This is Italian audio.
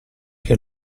che